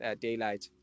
daylight